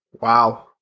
Wow